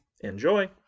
Enjoy